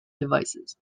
devices